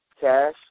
cash